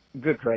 good